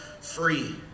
free